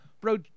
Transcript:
Bro